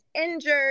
injured